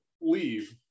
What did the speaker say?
leave